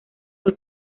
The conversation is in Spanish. fue